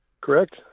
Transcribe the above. Correct